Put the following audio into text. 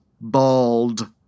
Bald